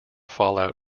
fallout